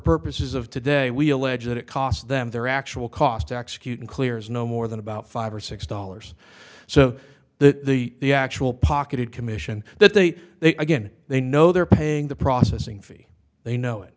purposes of today we allege that it cost them their actual cost to execute in clear is no more than about five or six dollars so the the actual pocketed commission that they they again they know they're paying the processing fee they know it